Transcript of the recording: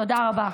תודה רבה.